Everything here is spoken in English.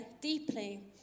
deeply